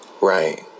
right